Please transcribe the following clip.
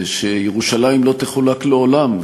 שירושלים לא תחולק לעולם.